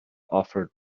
offered